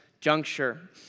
juncture